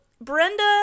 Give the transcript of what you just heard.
Brenda